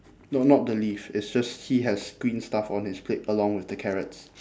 no not the leaf it's just he has green stuff on his plate along with the carrots